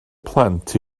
plant